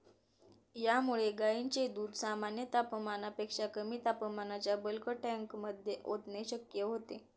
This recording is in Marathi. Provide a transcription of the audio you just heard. यामुळे गायींचे दूध सामान्य तापमानापेक्षा कमी तापमानाच्या बल्क टँकमध्ये ओतणे शक्य होते